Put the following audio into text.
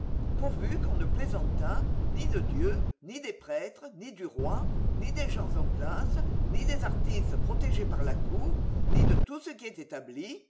pourvu qu'on ne plaisantât ni de dieu ni des prêtres ni du roi ni des gens en place ni des artistes protégés par la cour ni de tout ce qui est établi